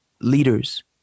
leaders